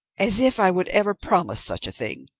as if i would ever promise such a thing!